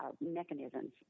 mechanisms